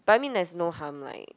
but I mean there's no harm like